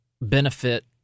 benefit